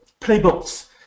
playbooks